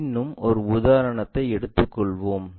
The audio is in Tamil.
இன்னும் ஒரு உதாரணத்தை எடுத்துக் கொள்வோம்